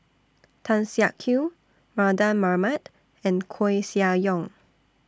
Tan Siak Kew Mardan Mamat and Koeh Sia Yong